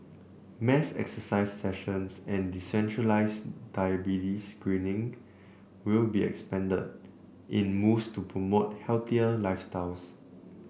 mass exercise sessions and decentralised diabetes screening will be expanded in moves to promote healthier lifestyles